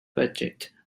budget